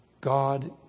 God